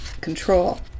control